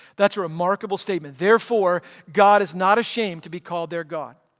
that's a remarkable statement. therefore god is not ashamed to be called their god.